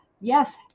yes